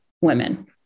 women